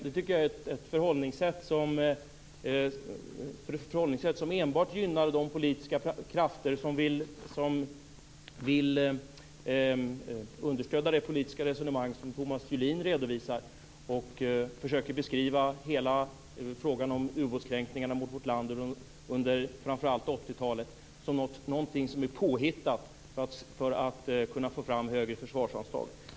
Det tycker jag är ett förhållningssätt som enbart gynnar de politiska krafter som vill understödja det politiska resonemang som Thomas Julin redovisar och försöker beskriva hela frågan om ubåtskränkningarna mot vårt land under framför allt 80-talet som någonting som är påhittat för att kunna få fram högre försvarsanslag.